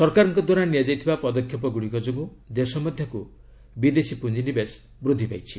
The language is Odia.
ସରକାରଙ୍କ ଦ୍ୱାରା ନିଆଯାଇଥିବା ପଦକ୍ଷେପ ଗୁଡ଼ିକ ଯୋଗୁଁ ଦେଶ ମଧ୍ୟକୁ ବିଦେଶୀ ପୁଞ୍ଜିନିବେଶ ବୃଦ୍ଧି ପାଇଛି